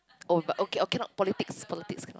oh but okay oh cannot politics politics cannot